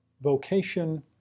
vocation